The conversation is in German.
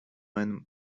meinem